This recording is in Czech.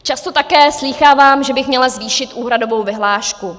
Často také slýchávám, že bych měla zvýšit úhradovou vyhlášku.